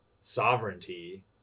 sovereignty